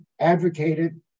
advocated